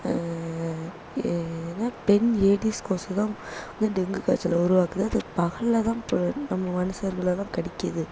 ஏன்னால் பெண் ஏடிஸ் கொசு தான் வந்து டெங்கு காய்ச்சலை உருவாக்குது அது பகலில் தான் ப நம்ம மனுஷங்களலாம் கடிக்குது